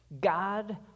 God